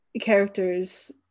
characters